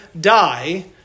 die